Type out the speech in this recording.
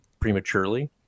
prematurely